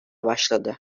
başladı